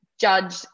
judge